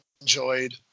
enjoyed